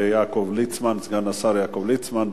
סגן השר יעקב ליצמן.